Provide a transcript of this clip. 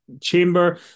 Chamber